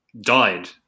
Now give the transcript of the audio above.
died